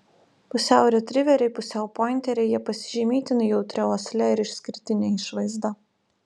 pusiau retriveriai pusiau pointeriai jie pasižymi itin jautria uosle ir išskirtine išvaizda